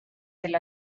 del